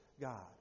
God